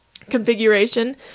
configuration